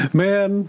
man